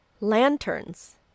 Lanterns